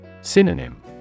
Synonym